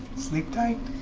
sleep tight.